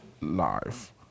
life